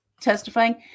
testifying